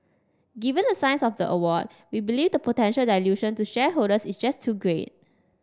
given the size of the award we believe the potential dilution to shareholders is just too great